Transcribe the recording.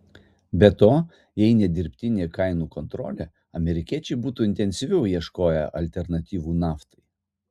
be to jei ne dirbtinė kainų kontrolė amerikiečiai būtų intensyviau ieškoję alternatyvų naftai